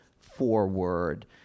forward